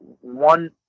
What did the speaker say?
one